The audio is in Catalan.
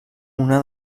una